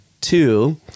two